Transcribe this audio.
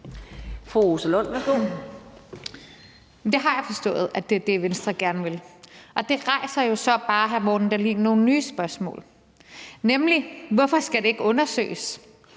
Det har jeg forstået er det, Venstre gerne vil. Det rejser jo så bare, hr. Morten Dahlin, nogle nye spørgsmål, nemlig: Hvorfor skal det ikke undersøges,